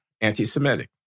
anti-Semitic